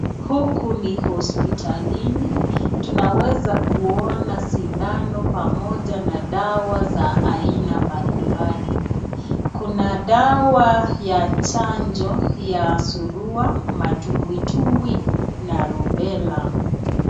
Huku ni hospitalini tunaweza kuona sindano pamoja na dawa za aina mbalimbali. Kuna dawa ya chanjo ya surua, matumbwi tumbwi na rubela.